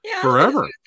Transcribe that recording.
Forever